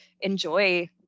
enjoy